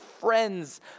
friends